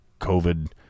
covid